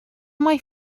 mae